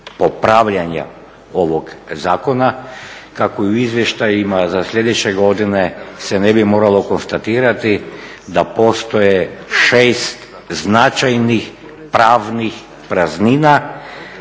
popravljanja ovog zakona, kako u izvještajima za sljedeće godine se ne bi moralo konstatirati da postoje 6 značajnih pravnih praznina,